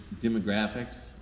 demographics